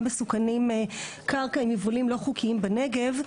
מסוכנים קרקע עם יבולים לא חוקיים בנגב,